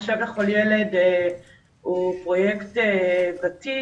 מחשב לכל ילד הוא פרויקט ותיק,